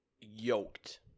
yoked